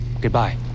Goodbye